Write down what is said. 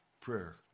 prayer